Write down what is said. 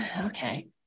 Okay